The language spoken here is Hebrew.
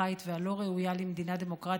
הארכאית והלא-ראויה למדינה דמוקרטית,